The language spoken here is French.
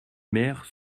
maires